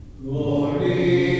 Glory